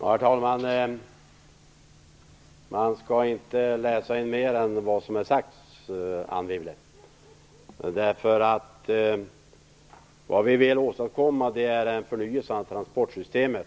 Herr talman! Man skall inte läsa in mer än vad som är sagt, Anne Wibble. Vad vi vill åstadkomma är en förnyelse av transportsystemet.